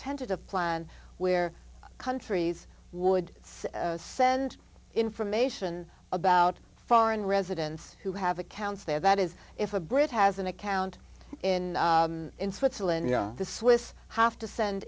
tentative plan where countries would send information about foreign residents who have accounts there that is if a brit has an account in switzerland the swiss have to send